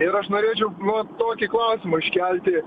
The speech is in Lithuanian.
ir aš norėčiau nu va tokį klausimą iškelti